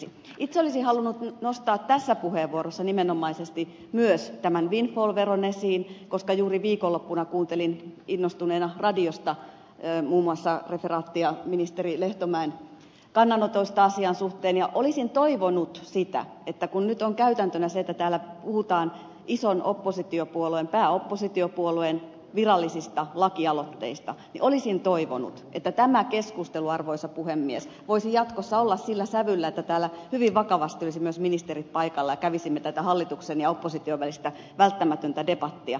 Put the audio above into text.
itse olisin halunnut nostaa tässä puheenvuorossa nimenomaisesti myös tämän windfall veron esiin koska juuri viikonloppuna kuuntelin innostuneena radiosta muun muassa referaattia ministeri lehtomäen kannanotoista asian suhteen ja kun nyt on käytäntönä se että täällä puhutaan ison oppositiopuolueen pääoppositiopuolueen virallisista lakialoitteista niin olisin toivonut että tämä keskustelu arvoisa puhemies voisi jatkossa olla sillä sävyllä että täällä hyvin vakavasti olisivat myös ministerit paikalla ja kävisimme tätä hallituksen ja opposition välistä välttämätöntä debattia